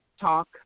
talk